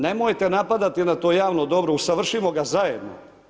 Nemojte napadati na to javno dobro, usavršimo ga zajedno.